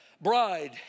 bride